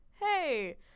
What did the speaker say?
hey